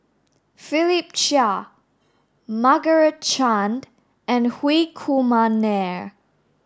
Philip Chia Margaret Chan and Hri Kumar Nair